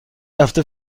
رفت